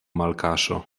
malkaŝo